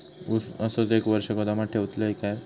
ऊस असोच एक वर्ष गोदामात ठेवलंय तर चालात?